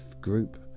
group